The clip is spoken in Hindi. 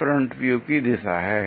यह फ्रंट व्यू की दिशा है